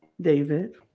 David